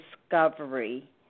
discovery